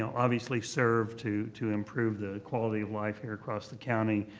so obviously, serve to to improve the quality of life here across the county.